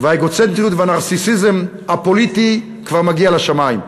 והאגוצנטריות והנרקיסיזם הפוליטי כבר מגיעים לשמים.